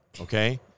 Okay